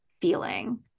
feeling